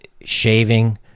shaving